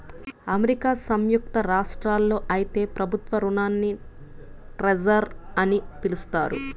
America సంయుక్త రాష్ట్రాల్లో అయితే ప్రభుత్వ రుణాల్ని ట్రెజర్ అని పిలుస్తారు